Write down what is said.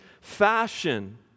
fashion